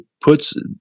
puts